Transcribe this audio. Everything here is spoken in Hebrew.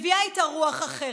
מביאה איתה רוח אחרת.